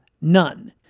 none